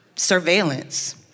Surveillance